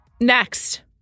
next